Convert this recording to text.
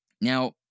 Now